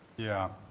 yeah.